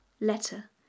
Letter